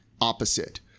opposite